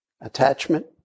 attachment